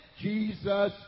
Jesus